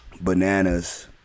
bananas